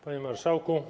Panie Marszałku!